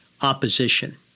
opposition